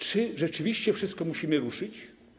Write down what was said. Czy rzeczywiście wszystko musimy ruszyć?